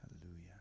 Hallelujah